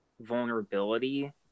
vulnerability